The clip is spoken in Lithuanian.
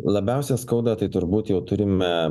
labiausiai skauda tai turbūt jau turime